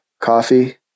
coffee